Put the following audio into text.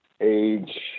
age